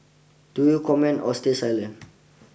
do you comment or stay silent